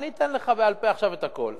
אני אתן לך בעל-פה עכשיו את הכול.